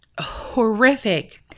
horrific